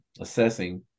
assessing